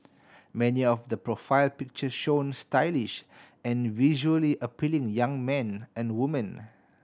many of the profile pictures show stylish and visually appealing young men and women